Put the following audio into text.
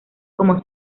como